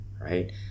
right